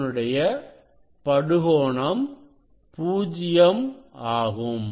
இதனுடைய படுகோணம் 0 ஆகும்